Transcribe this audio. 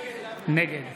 נגד